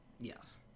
Yes